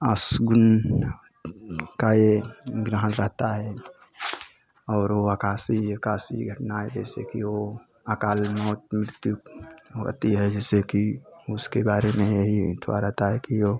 अपशकुन का यह ग्रहण रहता है और वह आकाशी आकाशीय घटनाएँ जैसे कि ओ अकाल मौत मृत्यु होती है जिससे कि उसके बारे में यही अथवा रहता है कि ओ